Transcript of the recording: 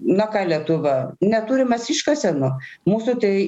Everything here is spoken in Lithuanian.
na ką lietuva neturim mes iškasenų mūsų tai